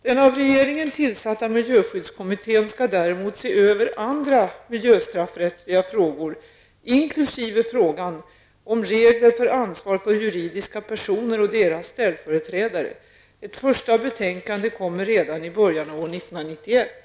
Den av regeringen tillsatta miljöskyddskommittén skall däremot se över andra miljöstraffrättsliga frågor inkl. frågan om regler för ansvar för juridiska personer och deras ställföreträdare. Ett första betänkande kommer redan i början av år 1991.